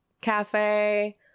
cafe